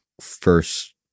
first